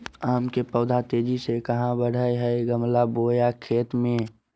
आम के पौधा तेजी से कहा बढ़य हैय गमला बोया खेत मे?